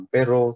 Pero